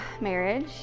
marriage